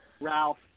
Ralph